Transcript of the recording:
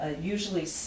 usually